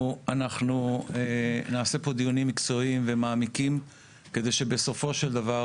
אנחנו נעשה פה דיונים מקצועיים ומעמיקים כדי שבסופו של דבר